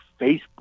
Facebook